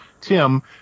Tim